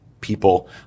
people